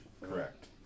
Correct